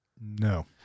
No